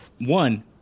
One